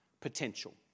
Potential